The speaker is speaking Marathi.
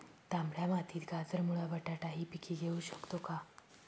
तांबड्या मातीत गाजर, मुळा, बटाटा हि पिके घेऊ शकतो का?